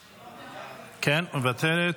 מוותרת.